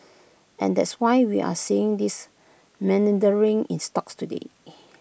and that's why we're seeing this meandering in stocks today